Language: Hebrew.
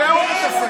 בזה הוא מתעסק.